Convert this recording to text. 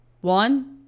One